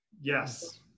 Yes